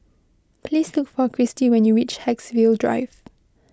please look for Kristi when you reach Haigsville Drive